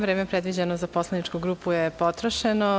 Vreme predviđeno za poslaničku grupu je potrošeno.